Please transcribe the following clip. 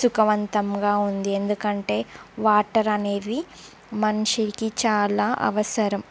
సుఖవంతంగా ఉంది ఎందుకంటే వాటర్ అనేవి మనిషికి చాలా అవసరం